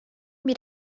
bir